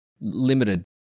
limited